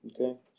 Okay